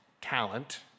talent